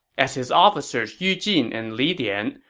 as his officers yu jin and li dian,